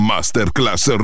Masterclass